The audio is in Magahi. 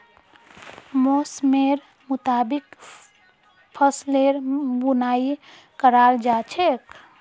मौसमेर मुताबिक फसलेर बुनाई कराल जा छेक